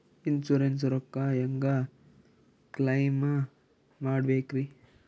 Insurance ರೊಕ್ಕ ಹೆಂಗ claim ಮಾಡ್ಬೇಕ್ರಿ?